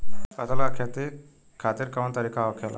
फसल का खेती खातिर कवन तरीका होखेला?